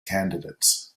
candidates